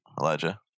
Elijah